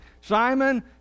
Simon